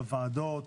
בוועדות,